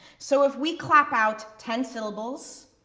so if we clap out ten syllables,